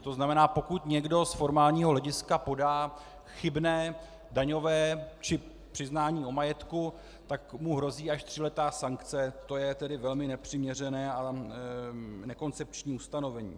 To znamená, pokud někdo z formálního hlediska podá chybné přiznání o majetku, tak mu hrozí až tříletá sankce, to je tedy velmi nepřiměřené a nekoncepční ustanovení.